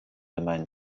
gemein